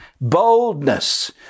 Boldness